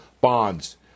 bonds